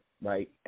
right